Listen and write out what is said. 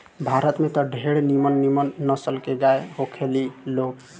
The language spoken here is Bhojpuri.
भारत में त ढेरे निमन निमन नसल के गाय होखे ली लोग